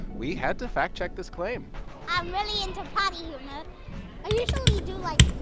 we had to fact-check this claim i'm really into potty humor i usually do, like,